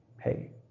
hey